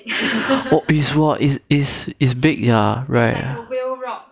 it's !wah! it's it's big ya right